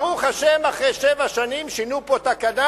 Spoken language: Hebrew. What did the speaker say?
ברוך השם, אחרי שבע שנים, שינו פה תקנה.